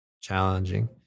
challenging